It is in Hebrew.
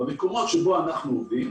במקומות שבהם אנחנו עובדים